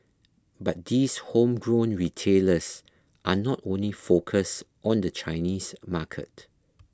but these home grown retailers are not only focused on the Chinese market